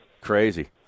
crazy